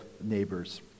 neighbors